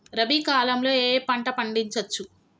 రబీ కాలంలో ఏ ఏ పంట పండించచ్చు?